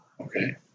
Okay